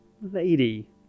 Lady